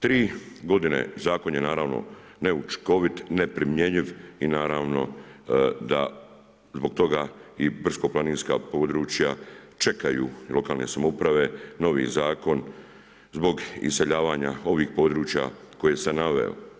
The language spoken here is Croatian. Tri godine zakon je naravno neučinkovit, neprimjenjiv i naravno da zbog i brdsko-planinska područja čekaju i lokalne samouprave novi zakon zbog iseljavanja novih područja koja sam naveo.